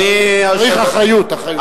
צריך אחריות, אחריות.